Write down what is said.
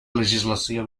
legislació